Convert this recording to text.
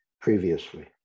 previously